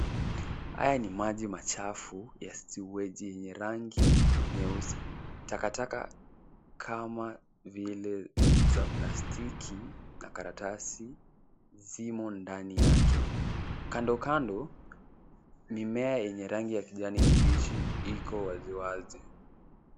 Haya ni maji machafu ya sewage yenye rangi nyeusi. Takataka kama vile za plastiki na karatasi zimo ndani yake. Kando, kando mimea yenye rangi ya kijani kibichi iko waziwazi.